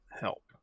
help